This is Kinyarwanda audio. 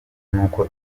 nuko